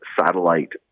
satellite